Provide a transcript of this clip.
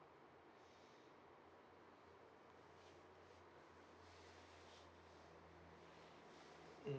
mm